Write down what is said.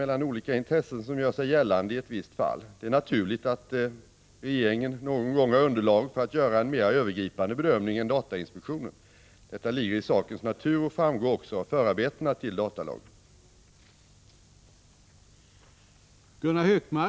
Mot denna bakgrund vill jag fråga justitieministern om regeringen fattar beslut i besvärsärenden avseende datainspektionens beslut mot någon annan grund än den datalagen ger.